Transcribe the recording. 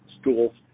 schools